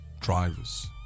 Drivers